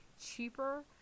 cheaper